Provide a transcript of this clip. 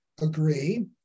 agree